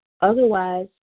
Otherwise